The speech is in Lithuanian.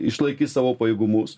išlaikys savo pajėgumus